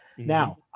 Now